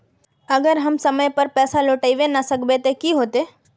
अगर हम समय पर पैसा लौटावे ना सकबे ते की होते?